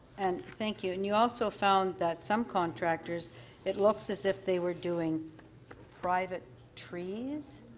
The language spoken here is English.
and thank you. and you also found that some contractors that looks as if they were doing private trees,